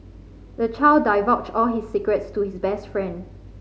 the child divulged all his secrets to his best friend